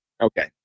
Okay